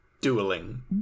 dueling